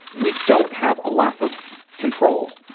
we don't have a lot of control,